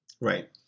Right